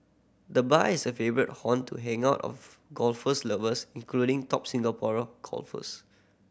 the bar is a favourite haunt to hang out of golf's lovers including top Singapore golfers